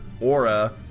aura